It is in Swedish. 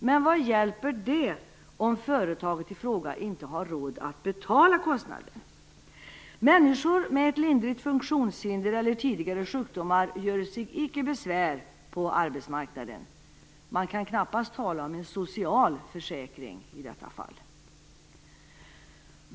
Men vad hjälper det om företaget i fråga inte har råd att betala kostnaden? Människor med ett lindrigt funktionshinder eller med tidigare sjukdomar göre sig icke besvär på arbetsmarknaden! Man kan knappast tala om en social försäkring i detta fall.